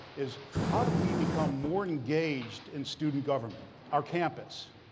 is, how do we become more engaged in student government, our campus?